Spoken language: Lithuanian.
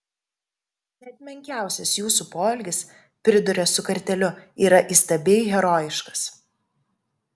net menkiausias jūsų poelgis priduria su kartėliu yra įstabiai herojiškas